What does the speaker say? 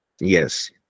Yes